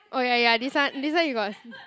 oh ya ya this one this one you got